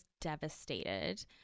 devastated